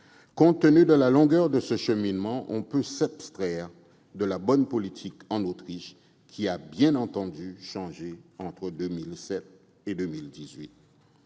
Compte tenu de la longueur de ce cheminement, on peut s'abstraire de la donne politique en Autriche, qui a bien entendu changé entre 2007 et 2018.